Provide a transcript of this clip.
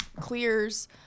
clears